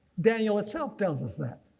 daniel itself tells us that.